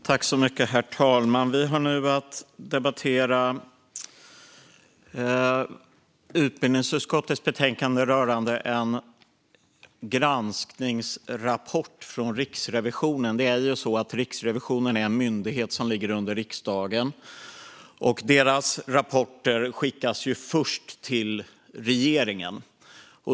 Herr talman! Vi har nu att debattera utbildningsutskottets betänkande rörande en granskningsrapport från Riksrevisionen. Riksrevisionen är en myndighet som ligger under riksdagen, och dess rapporter skickas först till regeringen.